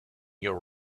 your